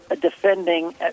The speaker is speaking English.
defending